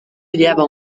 odiava